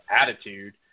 attitude